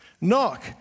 Knock